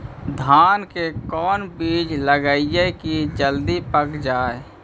धान के कोन बिज लगईयै कि जल्दी पक जाए?